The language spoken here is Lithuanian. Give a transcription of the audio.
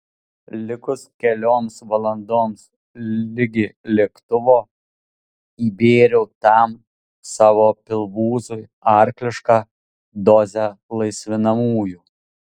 likus kelioms valandoms ligi lėktuvo įbėriau tam savo pilvūzui arklišką dozę laisvinamųjų